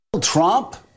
Trump